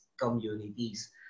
communities